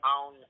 on